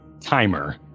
timer